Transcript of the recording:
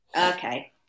okay